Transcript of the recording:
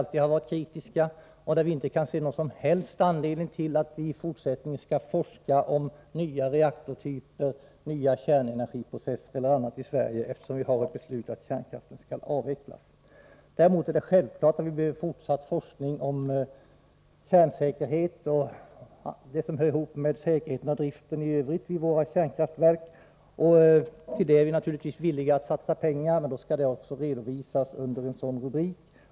Vi har alltid varit kritiska mot forskning om ny kärnteknik, och vi kan inte se någon som helst anledning till att vi i Sverige i fortsättningen skall forska om nya reaktortyper, nya kärnenergiprocesser, osv., eftersom vi har ett beslut om att kärnkraften skall avvecklas. Däremot är det självklart att vi behöver fortsatt forskning om kärnsäkerhet och annat som hör ihop med säkerheten i och driften av våra kärnkraftverk. Det är vi naturligtvis villiga att satsa pengar på, men då skall det också redovisas under en sådan rubrik.